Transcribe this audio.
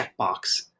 checkbox